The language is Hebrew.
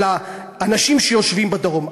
על האנשים שיושבים בדרום,